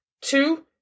two